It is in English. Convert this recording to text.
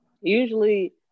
Usually